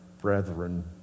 brethren